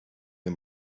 mir